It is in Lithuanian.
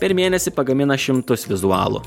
per mėnesį pagamina šimtus vizualų